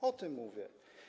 O tym mówię.